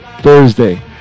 Thursday